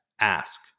ask